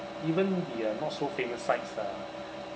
even the uh not so famous sites uh